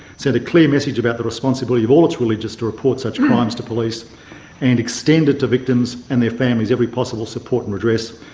send a clear message about the responsibility of all its religious to report such crimes to police and extend it to victims and their families every possible support and address.